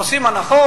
עושים הנחות.